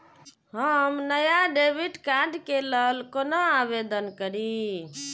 हम नया debit card के लल कौना आवेदन करि?